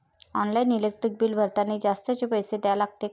Online electric bill भरतानी जास्तचे पैसे द्या लागते का?